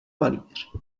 malíř